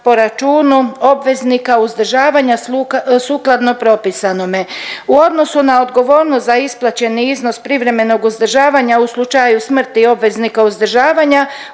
po računu obveznika uzdržavanja sukladno propisanome. U odnosu na odgovornost za isplaćeni iznos privremenog uzdržavanja u slučaju smrti obveznika uzdržavanja,